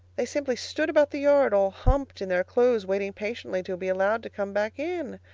they simply stood about the yard, all humped in their clothes, waiting patiently to be allowed to come back in.